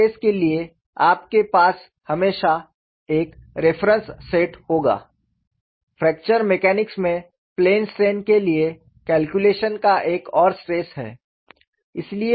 plane stress के लिए आपके पास हमेशा सिफारिश का एक सेट होगा फ्रैक्चर मैकेनिक्स में प्लेन स्ट्रेन के लिए कैलकुलेशन का एक और सेट है